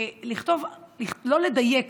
אלא לא לדייק